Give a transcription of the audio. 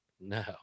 No